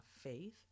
faith